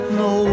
no